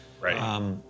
Right